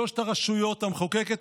שלוש הרשויות: המחוקקת,